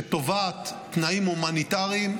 שתובעת תנאים הומניטריים,